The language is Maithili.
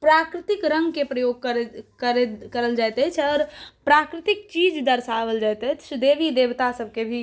प्राकृतिक रंगके प्रयोग कयल जाइत अछि आओर प्राकृतिक चीज दर्शाओल जायत अछि देवी देवता सबकेँ भी